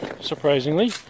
surprisingly